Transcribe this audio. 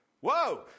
Whoa